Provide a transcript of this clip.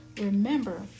Remember